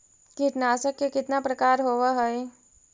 कीटनाशक के कितना प्रकार होव हइ?